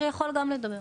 לא.